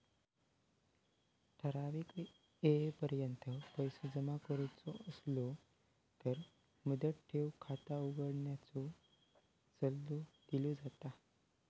ठराइक येळेपर्यंत पैसो जमा करुचो असलो तर मुदत ठेव खाता उघडण्याचो सल्लो दिलो जाता